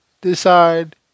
decide